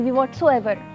whatsoever